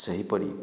ସେହିପରି